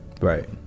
Right